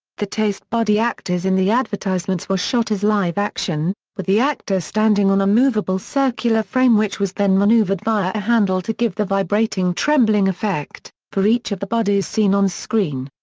the taste buddy actors in the advertisements were shot as live action, with the actor standing on a moveable circular frame which was then manoeuvred via a handle to give the vibrating trembling effect, for each of the buddies seen on screen.